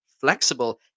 flexible